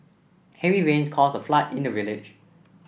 heavy rains caused a flood in the village